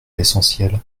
l’essentiel